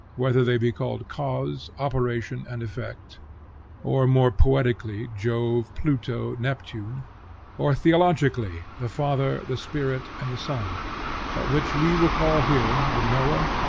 whether they be called cause, operation, and effect or, more poetically, jove, pluto, neptune or, theologically, the father, the spirit, and the son but which we will call here the knower,